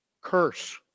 curse